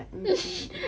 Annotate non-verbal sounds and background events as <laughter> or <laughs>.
<laughs>